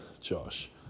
Josh